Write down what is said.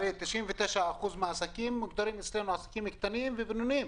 הרי 99% מן העסקים מוגדרים אצלנו עסקים קטנים ובינוניים,